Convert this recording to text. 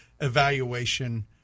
evaluation